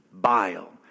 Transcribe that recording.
bile